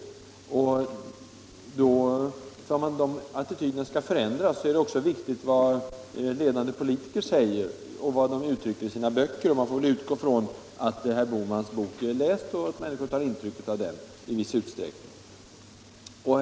Om attityderna skall förändras är det också viktigt vad ledande politiker säger och vad de uttrycker i sina böcker — för man får väl utgå från att herr Bohmans bok blir läst och att människor i viss utsträckning tar intryck av den.